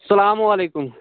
اسلامُ علیکُم